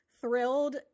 thrilled